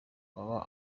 baba